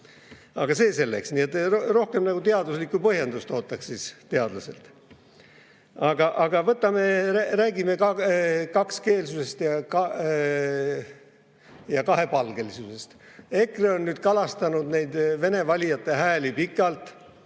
Aga see selleks. Nii et rohkem teaduslikku põhjendust ootaks teadlaselt. Aga räägime kakskeelsusest ja kahepalgelisusest. EKRE on kalastanud vene valijate hääli pikalt